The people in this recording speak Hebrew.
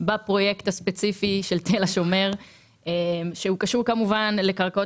בפרויקט הספציפי של תל השומר שהוא קשור כמובן לקרקעות